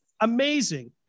amazing